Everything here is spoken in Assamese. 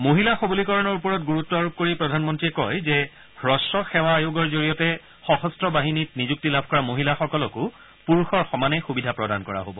মহিলা সবলীকৰণৰ ওপৰত গুৰুত্ব আৰোপ কৰি প্ৰধানমন্ত্ৰীয়ে কয় যে হুস্ব সেৱা আয়োগৰ জৰিয়তে সশস্ত্ৰ বাহিনীত নিযুক্তি লাভ কৰা মহিলাসকলকো পুৰুষৰ সমানে সুবিধা প্ৰদান কৰা হ'ব